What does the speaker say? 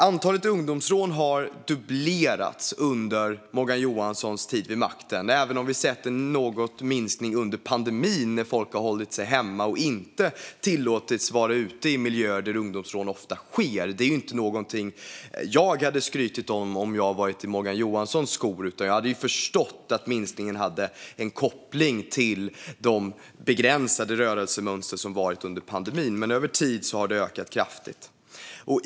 Antalet ungdomsrån har dubblerats under Morgan Johanssons tid vid makten, även om vi sett någon minskning under pandemin när människor har hållit sig hemma och inte tillåtits vara ute i miljöer där ungdomsrån ofta sker. Om jag hade varit i Morgan Johanssons skor är det inte någonting som jag hade skrutit om. Jag hade förstått att minskningen hade en koppling till de begränsade rörelsemönster som varit under pandemin. Men över tid har det ökat kraftigt.